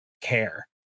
care